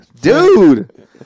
Dude